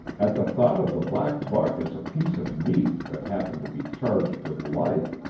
at the thought of the black buck as a piece of meat that happened to be charged with life,